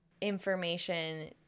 information